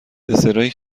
دسرایی